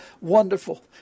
wonderful